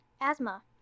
asthma